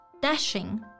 Dashing